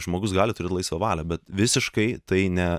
žmogus gali turėt laisvą valią bet visiškai tai ne